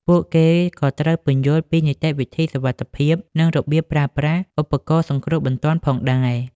ពួកគេក៏ត្រូវពន្យល់ពីនីតិវិធីសុវត្ថិភាពនិងរបៀបប្រើប្រាស់ឧបករណ៍សង្គ្រោះបន្ទាន់ផងដែរ។